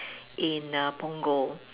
in uh Punggol